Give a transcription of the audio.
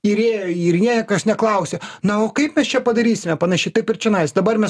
ir ėjė į jį ir niekas neklausė na o kaip mes čia padarysime panašiai taip ir čionais dabar mes